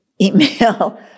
email